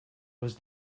was